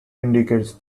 indicates